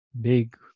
big